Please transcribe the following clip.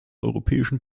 europäischen